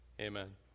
Amen